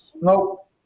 nope